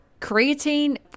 creatine